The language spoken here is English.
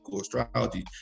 astrology